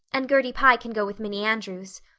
and gertie pye can go with minnie andrews.